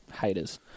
haters